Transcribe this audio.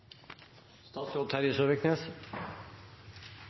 statsråd Søviknes